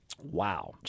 Wow